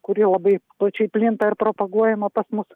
kuri labai plačiai plinta ir propaguojama pas mus